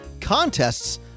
contests